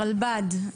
הרלב"ד.